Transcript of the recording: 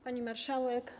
Pani Marszałek!